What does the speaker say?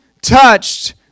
touched